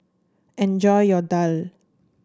enjoy your Daal